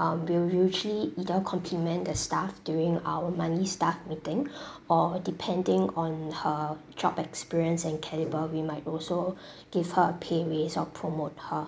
um we'll usually either compliment the staff during our monthly staff meeting or depending on her job experience and calibre we might also give her a pay raise or promote her